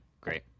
great